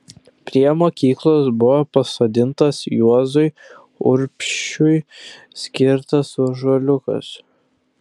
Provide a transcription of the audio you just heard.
prie mokyklos buvo pasodintas juozui urbšiui skirtas ąžuoliukas